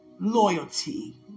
Loyalty